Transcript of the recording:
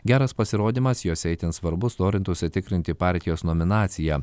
geras pasirodymas jose itin svarbus norint užsitikrinti partijos nominaciją